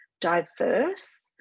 diverse